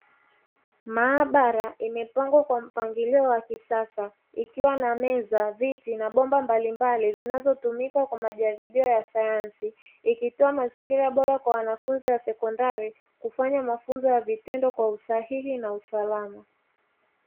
Maabara imepangwa kwa mpangilio wa kisasa, ikiwa na meza, viti na bomba mbalimbali zinazo tumika kwa majaribio ya sayansi, ikitoa mazingira bora kwa Wanafunzi wa sekondari kufanya mafunzo ya vitendo kwa usahihi na usalama.